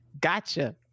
gotcha